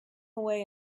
away